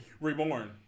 Reborn